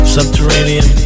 Subterranean